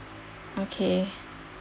okay